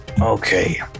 Okay